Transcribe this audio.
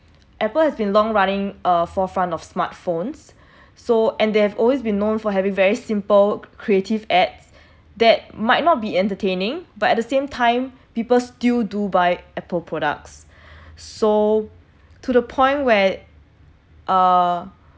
apple has been long running a forefront of smartphones so and they have always been known for having very simple creative ads that might not be entertaining but at the same time people still do buy apple products so to the point where uh